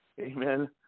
Amen